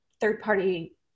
third-party